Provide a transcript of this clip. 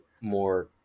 more